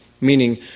meaning